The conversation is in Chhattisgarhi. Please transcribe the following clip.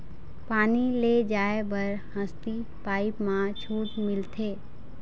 पानी ले जाय बर हसती पाइप मा छूट मिलथे?